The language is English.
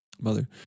mother